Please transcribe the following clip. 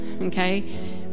okay